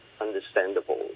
understandable